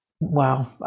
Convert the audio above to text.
Wow